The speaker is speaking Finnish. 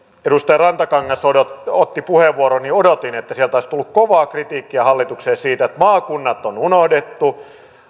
edustaja rantakangas otti otti puheenvuoron odotin että sieltä olisi tullut kovaa kritiikkiä hallitukselle siitä että maakunnat on unohdettu